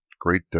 great